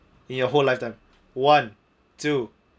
in your whole lifetime one two